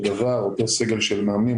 אותו סגל מאמנים,